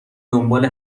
دنبال